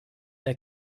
der